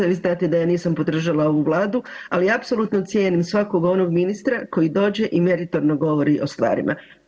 Vi znate da ja nisam podržala ovu Vladu, ali apsolutno cijenim svakog onog ministra koji dođe i meritorno govori o stvarima.